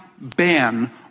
ban